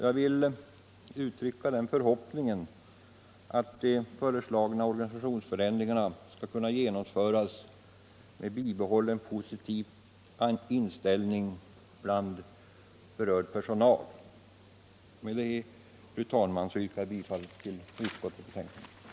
Jag vill uttrycka förhoppningen att de föreslagna organisationsförändringarna skall kunna genomföras med bibehållen positiv inställning bland berörd personal. Fru talman, jag yrkar bifall till utskottets hemställan.